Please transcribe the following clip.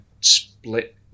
split